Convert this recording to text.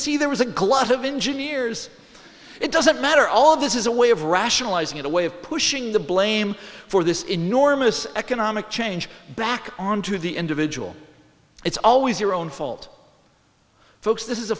see there was a glut of engineers it doesn't matter all this is a way of rationalizing it a way of pushing the blame for this enormous economic change back onto the individual it's always your own fault folks this is a